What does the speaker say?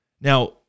Now